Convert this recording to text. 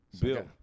Bill